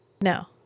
No